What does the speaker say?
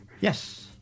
Yes